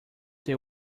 they